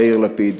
יאיר לפיד.